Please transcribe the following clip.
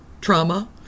trauma